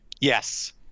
Yes